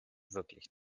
wirklich